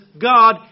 God